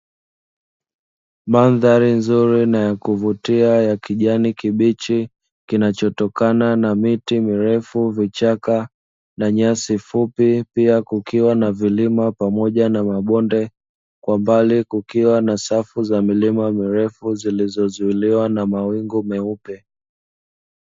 Mandhari nzuri na ya kuvutia ya kijani kibichi kinachotokana na miti mirefu, vichaka na nyasi fupi pia kukiwa na vilima pamoja na mabonde kwa mbali kukiwa na safu za milima mirefu zilizozuiliwa na mawingu meupe.